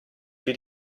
più